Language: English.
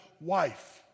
wife